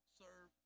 serve